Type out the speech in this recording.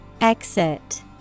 Exit